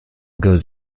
goes